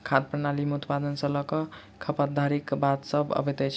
खाद्य प्रणाली मे उत्पादन सॅ ल क खपत धरिक बात सभ अबैत छै